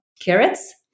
carrots